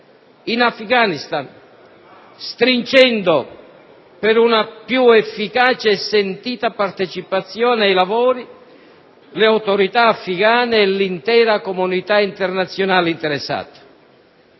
in Afghanistan, stringendo, per una più efficace e sentita partecipazione ai lavori, le autorità afgane e l'intera comunità internazionale interessate.